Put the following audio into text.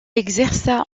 exerça